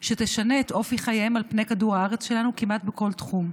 שתשנה את אופי חייהם על פני כדור הארץ שלנו כמעט בכל תחום.